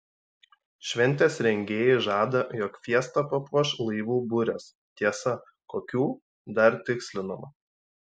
šventės rengėjai žada jog fiestą papuoš laivų burės tiesa kokių dar tikslinama